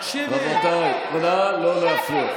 רבותיי, נא לא להפריע.